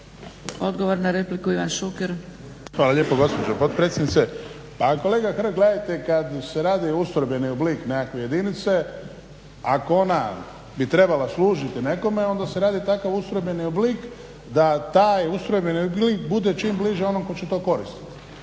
Odgovor na repliku, Ivan Šuker. **Šuker, Ivan (HDZ)** Hvala lijepo gospođo potpredsjednice. Pa kolega Hrg gledajte kada se radi ustrojbeni oblik nekakve jedinice ako ona bi trebala služiti nekome onda se radi takav ustrojbeni oblik da taj ustrojbeni oblik bude čim bliže onom koji će to koristiti.